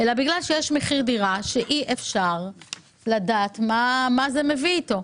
אלא בגלל שיש מחיר דירה שאי-אפשר לדעת מה זה מביא איתו.